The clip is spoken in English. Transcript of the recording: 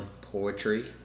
poetry